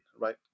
right